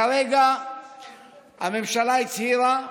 כרגע הממשלה הצהירה,